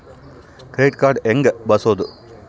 Credit card ಹೆಂಗ ಬಳಸೋದು?